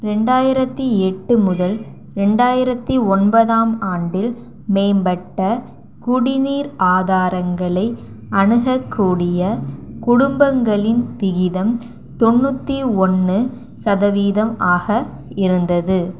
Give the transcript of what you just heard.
ரெண்டாயிரத்தி எட்டு முதல் ரெண்டாயிரத்தி ஒன்பதாம் ஆண்டில் மேம்பட்ட குடிநீர் ஆதாரங்களை அணுகக்கூடிய குடும்பங்களின் விகிதம் தொண்ணூற்றி ஒன்று சதவிகிதம் ஆக இருந்தது